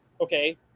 okay